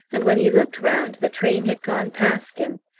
and when he looked round the train had gone past him.